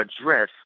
address